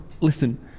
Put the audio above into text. Listen